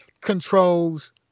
controls